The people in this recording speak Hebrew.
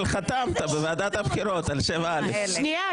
אבל חתמת בוועדת הבחירות על 7א. שנייה,